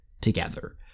together